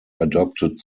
adopted